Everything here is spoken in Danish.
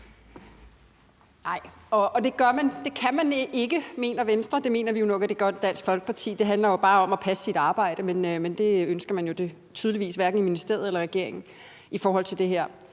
(DF): Det kan man ikke, mener Venstre, men det mener vi i Dansk Folkeparti. Det handler jo bare om at passe sit arbejde, men det ønsker man jo tydeligvis hverken i ministeriet eller i regeringen i forhold til det her.